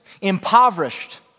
impoverished